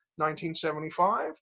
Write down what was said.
1975